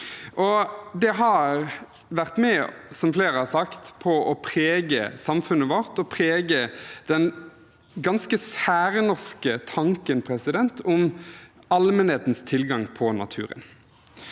har sagt, vært med på å prege samfunnet vårt og prege den ganske særnorske tanken om allmennhetens tilgang på naturen